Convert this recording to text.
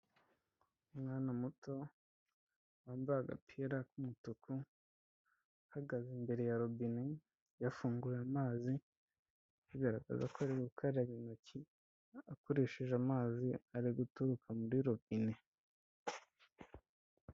Umwana muto wambaye agapira k'umutuku, uhagaze imbere ya robine. Yafunguye amazi bigaragaza ko ari gukaraba intoki akoresheje amazi ari guturuka muri robine.